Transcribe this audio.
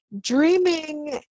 Dreaming